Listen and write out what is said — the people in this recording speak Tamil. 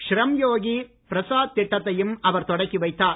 ஷ்ரம் யோகி பிரசாத் திட்டத்தையும் அவர் தொடக்கி வைத்தார்